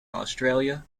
australia